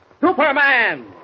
Superman